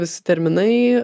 visi terminai